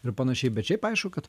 ir panašiai bet šiaip aišku kad